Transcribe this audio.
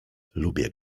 lubię